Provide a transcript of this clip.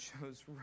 shows